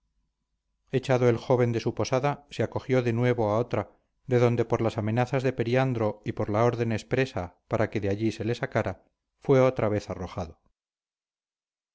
echado el joven de su posada se acogió de nuevo a otra de donde por las amenazas de periandro y por la orden expresa para que de allí se le sacara fue otra vez arrojado